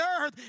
earth